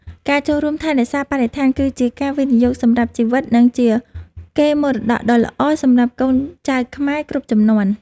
ការចូលរួមថែរក្សាបរិស្ថានគឺជាការវិនិយោគសម្រាប់ជីវិត និងជាកេរមរតកដ៏ល្អសម្រាប់កូនចៅខ្មែរគ្រប់ជំនាន់។